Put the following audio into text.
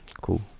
Cool